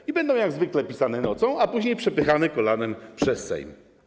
I będą jak zwykle pisane nocą, a później przepychane kolanem przez Sejm.